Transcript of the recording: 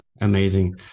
Amazing